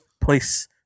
place